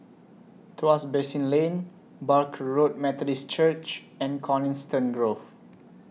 Tuas Basin Lane Barker Road Methodist Church and Coniston Grove